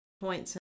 points